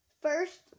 First